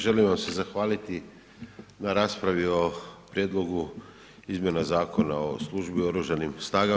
Želim vam se zahvaliti na raspravi o Prijedlogu izmjena Zakona o službi u Oružanim snagama.